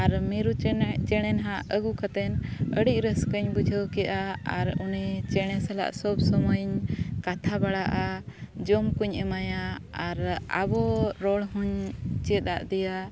ᱟᱨ ᱢᱤᱨᱩ ᱪᱮᱬᱮ ᱪᱮᱬᱮ ᱦᱟᱸᱜ ᱟᱹᱜᱩ ᱠᱟᱛᱮ ᱟᱹᱰᱤ ᱨᱟᱹᱥᱠᱟᱹᱧ ᱵᱩᱡᱷᱟᱹᱣ ᱠᱮᱜᱼᱟ ᱟᱨ ᱩᱱᱤ ᱪᱮᱬᱮ ᱥᱟᱞᱟᱜ ᱥᱚᱵ ᱥᱚᱢᱚᱭ ᱠᱟᱛᱷᱟ ᱵᱟᱲᱟᱜᱼᱟ ᱡᱚᱢ ᱠᱚᱧ ᱮᱢᱟᱭᱟ ᱟᱨ ᱟᱵᱚ ᱨᱚᱲ ᱦᱚᱧ ᱪᱮᱫ ᱟᱫᱮᱭᱟ